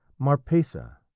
Marpesa